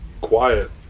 quiet